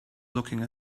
looking